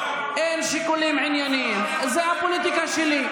אין שיקולים ענייניים, זו הפוליטיקה שלי.